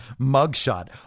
mugshot